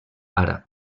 àrab